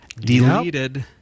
Deleted